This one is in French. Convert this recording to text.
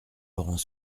laurent